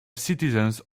citizens